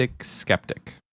skeptic